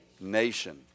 nation